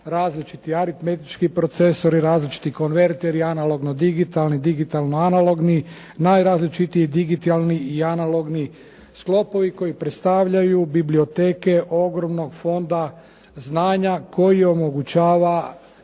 različiti aritmetički procesori, različiti konverteri analogno-digitalni, digitalno-analogni, najrazličitiji digitalni i analogni sklopovi koji predstavljaju biblioteke ogromnog fonda znanja koji omogućava